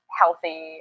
healthy